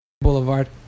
Boulevard